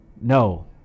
No